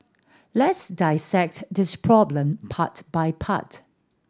let's dissect this problem part by part